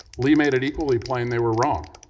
lee made it equally plain they were wrong.